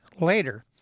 later